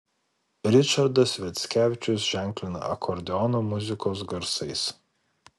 ričardas sviackevičius ženklina akordeono muzikos garsais